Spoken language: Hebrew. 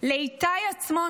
לאיתי עצמון,